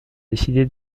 décidé